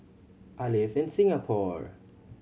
I live in Singapore